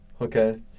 Okay